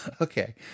Okay